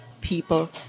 people